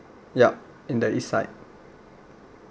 yup in the east side